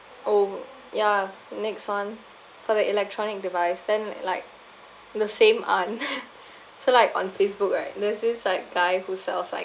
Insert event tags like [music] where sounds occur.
oh ya next one for the electronic device then like like the same aunt [laughs] so like on facebook right there's this like guy who sells like